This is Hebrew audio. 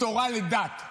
מתורה לדת.